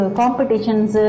competitions